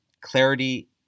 clarity